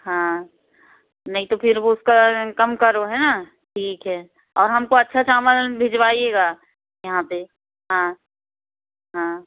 हाँ नहीं तो फिर वो उसका कम करो है ना ठीक है और हमको अच्छा चावल भिजवाइएगा यहाँ पर हाँ हाँ